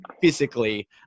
physically